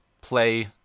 play